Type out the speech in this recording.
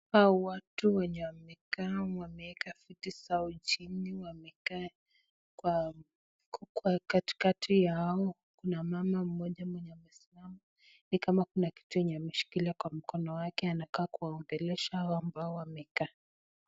Hawa watu wenye wamekaa wameeka viti zao chini wamekaa kwa ,katikati yao kuna mama mmoja mwenye amesimama ni kama kuna kitu yenye ameshikilia kwa mkono wake anakaa kuwaongelesha hawa ambao wamekaa.